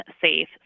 safe